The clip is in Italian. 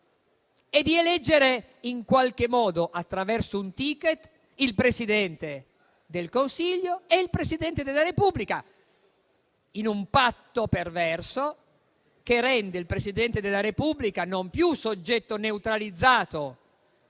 e di eleggere, in qualche modo, attraverso questo *ticket*, il Presidente del Consiglio e il Presidente della Repubblica, in un patto perverso, che rende il Presidente della Repubblica non più soggetto neutralizzato